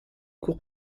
cours